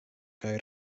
kaj